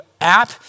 app